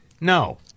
No